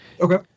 Okay